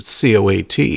COAT